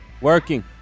Working